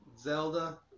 Zelda